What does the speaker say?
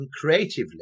creatively